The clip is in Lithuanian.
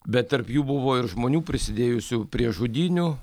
bet tarp jų buvo ir žmonių prisidėjusių prie žudynių